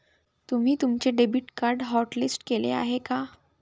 तुम्ही तुमचे debit card hotlist केले आहे का?